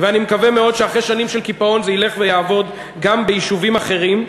ואני מקווה מאוד שאחרי שנים של קיפאון זה ילך ויעבוד גם ביישובים אחרים.